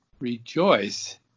Rejoice